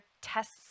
tests